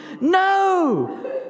No